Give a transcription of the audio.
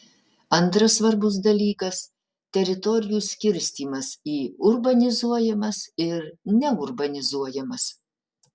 antras svarbus dalykas teritorijų skirstymas į urbanizuojamas ir neurbanizuojamas